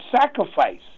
sacrifice